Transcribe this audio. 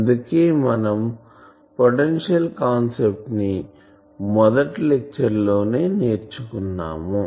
అందుకే మనం potential concept ని మొదటి లెక్చర్ లోనే నేర్చుకున్నాం